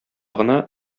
гына